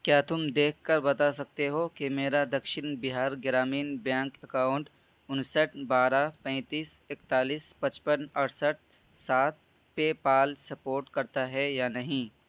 کیا تم دیکھ کر بتا سکتے ہو کہ میرا دکشن بہار گرامین بیانک اکاؤنٹ انسٹھ بارہ پینتیس اکتالیس پچپن اڑسٹھ سات پے پال سپورٹ کرتا ہے یا نہیں